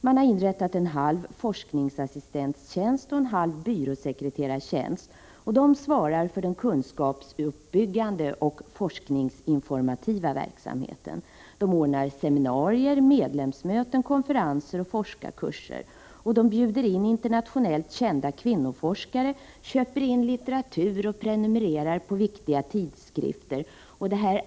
Man har inrättat en halv forskarassistenttjänst och en halv byråsekreterartjänst. Dessa personer svarar för den kunskapsuppbyggande och forskningsinformativa verksamheten. De ordnar seminarier, medlemsmöten, konferenser och forskarkurser, och de bjuder in internationellt kända kvinnoforskare, köper in litteratur och prenumererar på viktiga tidskrifter.